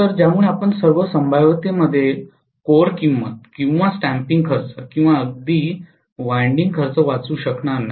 तर ज्यामुळे आपण सर्व संभाव्यतेमध्ये कोर किंमत किंवा स्टॅम्पिंग खर्च किंवा अगदी वायंडिंग खर्च वाचवू शकणार नाही